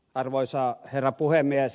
arvoisa herra puhemies